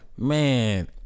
Man